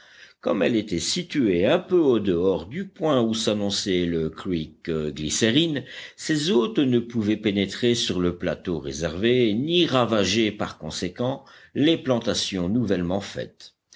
comme elle était située un peu au dehors du point où s'annonçait le creek glycérine ses hôtes ne pouvaient pénétrer sur le plateau réservé ni ravager par conséquent les plantations nouvellement faites